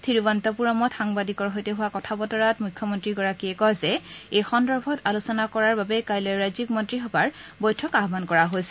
থিৰুৱন্তপুৰমত সাংবাদিকৰ সৈতে হোৱা কথা বতৰাত মুখ্যমন্তীগৰাকীয়ে কয় যে এই সন্দৰ্ভত আলোচনা কৰাৰ বাবে কাইলৈ ৰাজ্যিক মন্ত্ৰীসভাৰ বৈঠক আহ্মন কৰা হৈছে